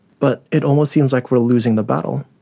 but it almost seems like we are losing the battle.